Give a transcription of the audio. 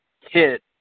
hit